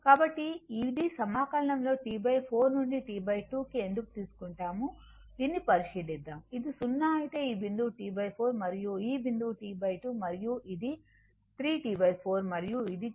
కాబట్టి ఇది సమాకలనం లో T 4 నుండి T 2 కి ఎందుకు తీసుకుంటాము దీనిని పరిశీలిద్దాం ఇది 0 అయితే ఈ బిందువు T 4 మరియు ఈ బిందువు T 2 మరియు ఇది 3 T 4 మరియు ఇది T